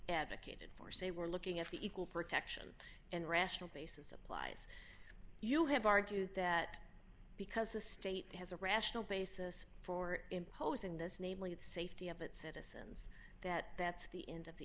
advocated for say we're looking at the equal protection and rational basis implies you have argued that because the state has a rational basis for imposing this namely the safety of its citizens that that's the end of the